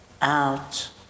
out